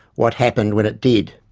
what happened when it did.